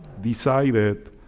decided